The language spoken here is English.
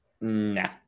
Nah